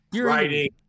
Writing